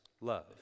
love